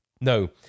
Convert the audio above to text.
No